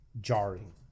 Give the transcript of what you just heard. jarring